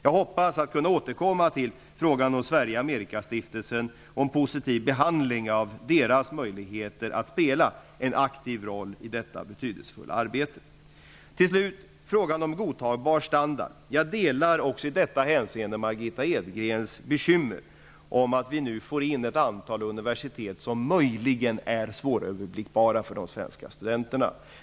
Jag hoppas kunna återkomma till frågan om Sverige-Amerika-stiftelsen och stiftelsens möjligheter att spela en aktiv roll i detta betydelsefulla arbete. Till slut frågan om godtagbar standard: Jag delar också i detta hänseende Margitta Edgrens bekymmer över att vi nu får in ett antal universitet som möjligen är svåröverblickbara för de svenska studenterna.